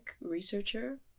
researcher